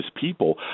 people